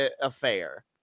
affair